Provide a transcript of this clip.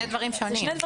זה שני דברים שונים.